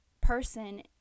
person